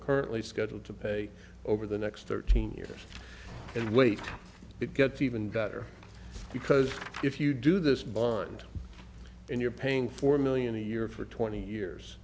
currently scheduled to pay over the next thirteen years and wait it gets even got here because if you do this bond and you're paying four million a year for twenty years